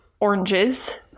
Oranges